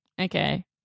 Okay